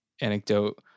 anecdote